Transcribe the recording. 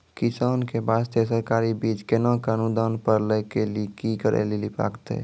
किसान के बास्ते सरकारी बीज केना कऽ अनुदान पर लै के लिए की करै लेली लागतै?